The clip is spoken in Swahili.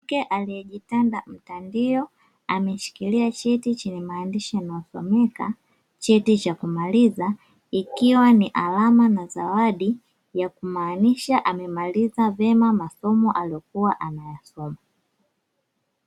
Mwanamke aliyejitanda mtandio, ameshikilia cheti chenye maandishi yanayosomeka "cheti cha kumaliza". Ikiwa ni alama na zawadi ya kumaanisha amemaliza vyema masomo aliyokuwa anayasoma.